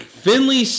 Finley